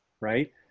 right